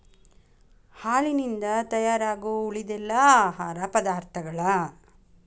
ಹಾಲಿನಿಂದ ತಯಾರಾಗು ಉಳಿದೆಲ್ಲಾ ಆಹಾರ ಪದಾರ್ಥಗಳ